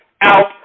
Out